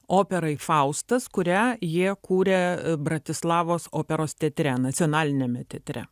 operai faustas kurią jie kūrė bratislavos operos teatre nacionaliniame teatre